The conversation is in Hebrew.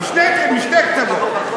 משתי קצוות,